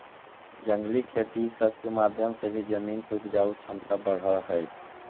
जंगली खेती ई सब के माध्यम से भी जमीन के उपजाऊ छमता बढ़ हई